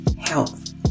health